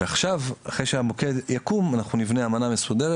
אחרי שהמוקד יקום אנחנו נבנה אמנה מסודרת.